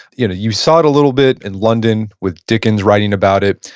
you know, you saw it a little bit in london with dickens writing about it,